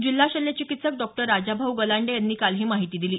जिल्हा शल्यचिकित्सक डॉक्टर राजाभाऊ गलांडे यांनी काल ही माहिती दिली